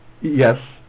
Yes